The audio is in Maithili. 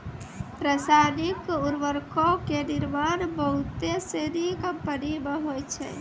रसायनिक उर्वरको के निर्माण बहुते सिनी कंपनी मे होय छै